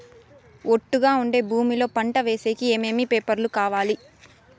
ఒట్టుగా ఉండే భూమి లో పంట వేసేకి ఏమేమి పేపర్లు కావాలి?